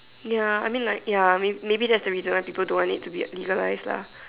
ya I mean like ya may maybe that's the reason why people don't want it to be legalized lah